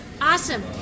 Awesome